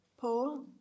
Paul